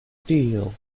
steel